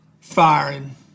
firing